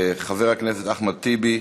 חבר הכנסת אחמד טיבי.